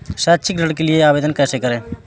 शैक्षिक ऋण के लिए आवेदन कैसे करें?